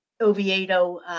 Oviedo